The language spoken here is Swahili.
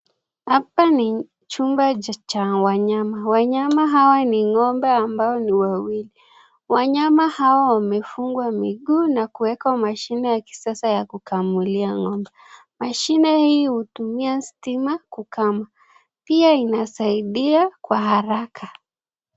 Hapa ni chumba cha wanyama. Wanyama hawa ni ng'ombe ambao ni wawili. Wanyama hawa wamefugwa miguu na kuekwa mashine ya kisasa ya kukamulia ng'ombe. Mashine hii hutumia stima kukama. Pia inasaidia kwa haraka.